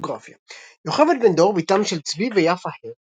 ביוגרפיה יוכבד בן-דור, בתם של צבי ויפה הרט,